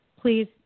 please